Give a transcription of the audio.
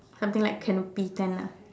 something like canopy tent ah